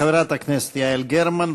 חברת הכנסת יעל גרמן,